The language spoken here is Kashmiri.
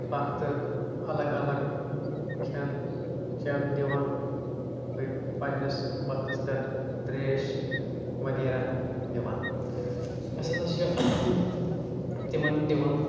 وقتہٕ الگ الگ کھٮ۪ن چٮ۪ن دِوان بیٚیہِ پَنٕنِس وقتس پٮ۪ٹھ تریش وغیرہ دِوان أسۍ ہسا چھِ تِمن دِوان